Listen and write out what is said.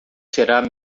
será